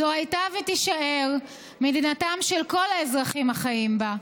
זו הייתה ותישאר מדינתם של כל האזרחים החיים בה.